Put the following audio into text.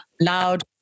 loud